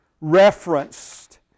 referenced